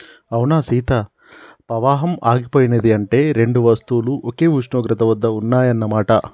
అవునా సీత పవాహం ఆగిపోయినది అంటే రెండు వస్తువులు ఒకే ఉష్ణోగ్రత వద్ద ఉన్నాయన్న మాట